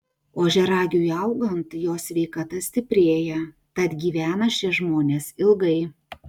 ožiaragiui augant jo sveikata stiprėja tad gyvena šie žmonės ilgai